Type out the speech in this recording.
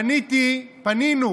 פניתי, פנינו,